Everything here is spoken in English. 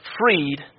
freed